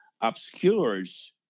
obscures